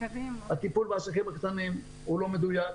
הטיפול בעסקים הקטנים לא מדויק,